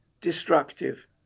destructive